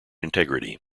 integrity